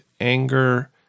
anger